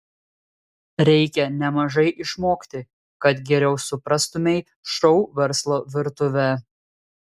reikia nemažai išmokti kad geriau suprastumei šou verslo virtuvę